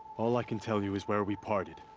all i can tell you is where we parted.